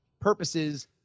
purposes